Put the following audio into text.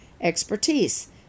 expertise